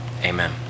Amen